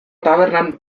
tabernan